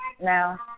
now